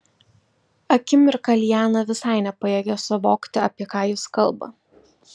akimirką liana visai nepajėgė suvokti apie ką jis kalba